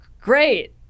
great